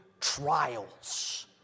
trials